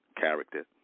character